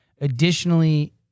Additionally